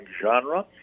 genre